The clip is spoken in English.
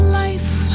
life